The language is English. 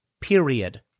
period